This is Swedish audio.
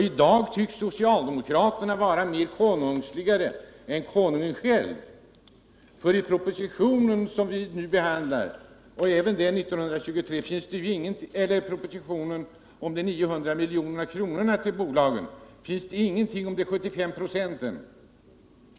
I dag tycks socialdemokraterna vara mera konungsliga än konungen siälv, för i propositionerna som vi nu behandlar finns det ingenting "om 75 96 bidrag.